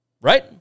Right